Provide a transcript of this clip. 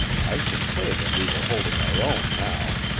i should say that we were holding our own now.